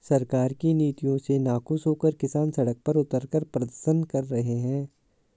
सरकार की नीतियों से नाखुश होकर किसान सड़क पर उतरकर प्रदर्शन कर रहे हैं